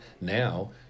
now